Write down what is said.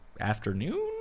afternoon